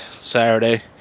Saturday